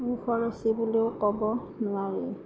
খৰচী বুলিও ক'ব নোৱাৰি